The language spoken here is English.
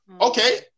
Okay